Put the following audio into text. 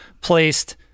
placed